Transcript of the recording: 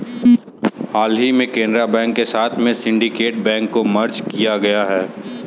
हाल ही में केनरा बैंक के साथ में सिन्डीकेट बैंक को मर्ज किया गया है